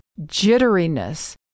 jitteriness